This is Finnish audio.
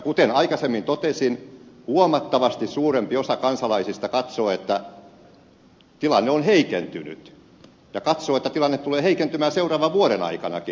kuten aikaisemmin totesin huomattavasti suurempi osa kansalaisista katsoo että tilanne on heikentynyt ja katsoo että tilanne tulee heikentymään seuraavan vuoden aikanakin